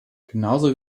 genauso